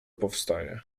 powstaje